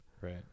Right